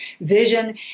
vision